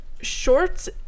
shorts